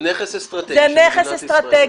נכון, זה נכס אסטרטגי של מדינת ישראל.